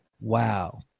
Wow